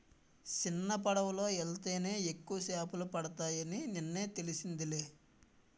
సిన్నపడవలో యెల్తేనే ఎక్కువ సేపలు పడతాయని నిన్నే తెలిసిందిలే